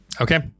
Okay